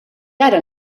ara